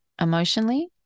emotionally